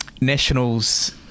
National's